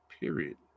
period